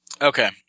Okay